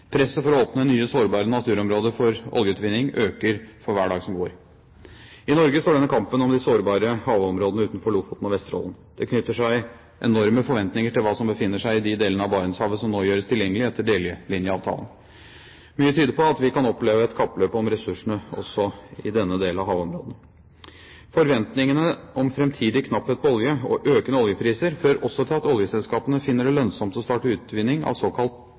Presset for å åpne nye sårbare naturområder for oljeutvinning øker for hver dag som går. I Norge står denne kampen om de sårbare havområdene utenfor Lofoten og Vesterålen. Det knytter seg enorme forventninger til hva som befinner seg i de delene av Barentshavet som nå gjøres tilgjengelig etter delelinjeavtalen. Mye tyder på at vi kan oppleve et kappløp om ressursene også i denne delen av havområdene. Forventningene om framtidig knapphet på olje og økende oljepriser fører også til at oljeselskapene finner det lønnsomt å starte utvinning av såkalt